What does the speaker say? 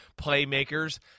Playmakers